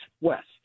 west